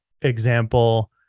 example